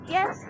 Yes